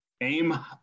Aim